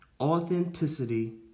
Authenticity